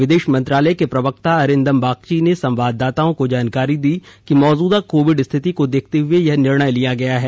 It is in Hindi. विदेश मंत्रालय के प्रवक्ता अरिन्दम बागची ने संवाददाताओं को जानकारी दी कि मौजूदा कोविड स्थिति को देखते हुए यह निर्णय लिया गया है